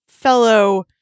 fellow